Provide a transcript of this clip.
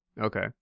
Okay